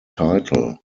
title